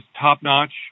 top-notch